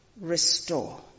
restore